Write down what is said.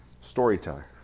storyteller